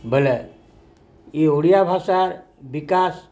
ବେଲେ ଇ ଓଡ଼ିଆ ଭାଷାର୍ ବିକାଶ୍